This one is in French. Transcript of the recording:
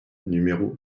numéro